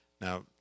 Now